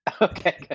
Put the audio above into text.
Okay